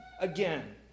again